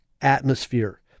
atmosphere